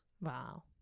Wow